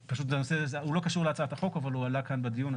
הנושא הזה לא קשור להצעת החוק אבל הוא עלה כאן בדיון,